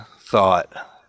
thought